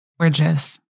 gorgeous